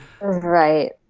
Right